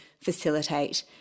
facilitate